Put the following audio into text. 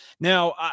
Now